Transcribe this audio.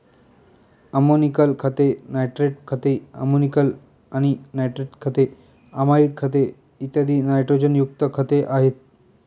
ammoniacal खते, nitrate खते, ammoniacal आणि नायट्रेट खते, अमाइड खते, इत्यादी नायट्रोजनयुक्त खते आहेत